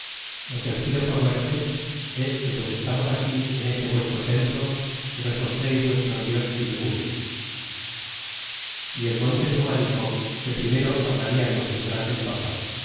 lo que os pido por merced es que pues estamos aquí en este vuestro templo que nos mostreis vuestros dioses y teules y el montezuma dixo que primero hablarla con sus grandes papas